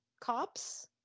cops